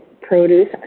produce